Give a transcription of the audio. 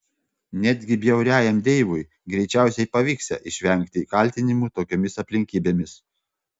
netgi bjauriajam deivui greičiausiai pavyksią išvengti kaltinimų tokiomis aplinkybėmis